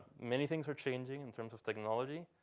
many things are changing in terms of technology,